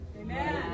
Amen